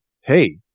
hey